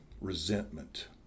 Resentment